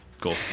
Cool